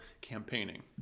campaigning